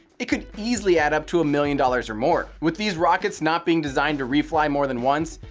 it could easily add up to a million dollars or more. with these rockets not being designed to refly more than once,